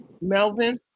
Melvin